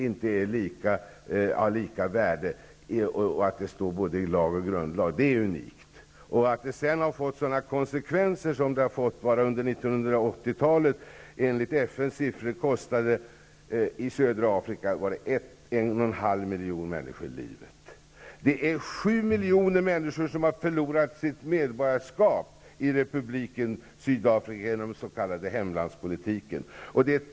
Det är unikt att det står i både lag och grundlag att människor inte har lika värde. Det har också fått stora konsekvenser. Enligt FN:s siffror kostade det 1980-talet. 7 miljoner människor har förlorat sitt medborgarskap i republiken Sydafrika genom den s.k. hemlandspolitiken.